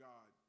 God